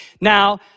Now